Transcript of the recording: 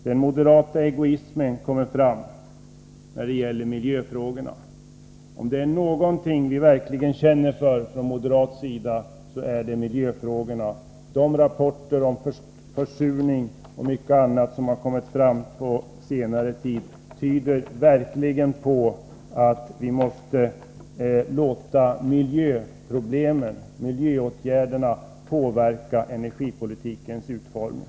Den moderata egoismen kommer fram när det gäller miljöfrågorna, säger Ivar Franzén. Om det är någonting vi verkligen känner för från moderat sida, så är det miljöfrågorna. De rapporter om försurning och mycket annat som har kommit på senare tid tyder sannerligen på att vi måste låta miljöåtgärderna påverka energipolitikens utformning.